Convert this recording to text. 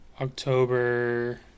October